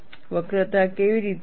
વક્રતા કેવી રીતે છે